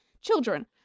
children